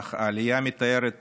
אך העלייה מתארת